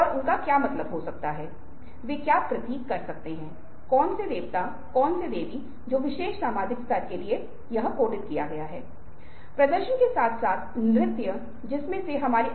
अब यह बहुत अजीब सिंड्रोम है और आप पाते हैं कि वे लोगों पर भावनात्मक रूप से निर्भर हो जाते हैं जो आतंकवादी उन्हें पकड़ रहे हैं और इसे स्टॉकहोम सिंड्रोम कहा जाता है